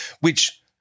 which-